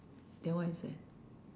then what is it